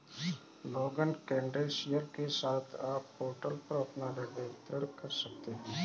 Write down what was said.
login credential के साथ, आप पोर्टल पर अपना ऋण विवरण देख सकते हैं